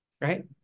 right